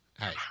hey